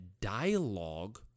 dialogue